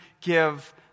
give